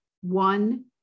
One